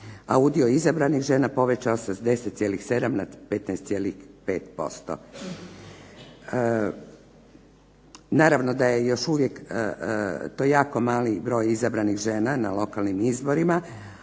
a udio izabranih žena povećao se s 10,7 na 15,5%.